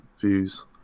views